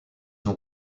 ont